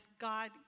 God